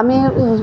आम्ही